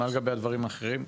מה לגבי הדברים האחרים?